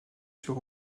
sur